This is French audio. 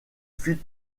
fut